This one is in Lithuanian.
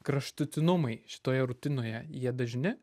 kraštutinumai šitoje rutinoje jie dažni